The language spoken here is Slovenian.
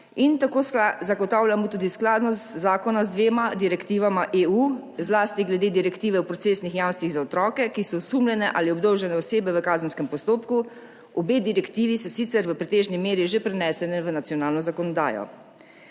Tako zagotavljamo tudi skladnost zakona z dvema direktivama EU, zlasti glede direktive o procesnih jamstvih za otroke, ki so osumljene ali obdolžene osebe v kazenskem postopku. Obe direktivi sta sicer v pretežni meri že preneseni v nacionalno zakonodajo.